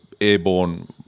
airborne